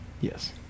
Yes